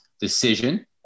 decision